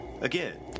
Again